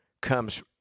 comes